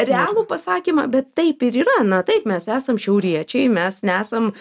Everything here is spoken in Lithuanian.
realų pasakymą bet taip ir yra na taip mes esam šiauriečiai mes nesam